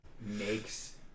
makes